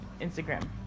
Instagram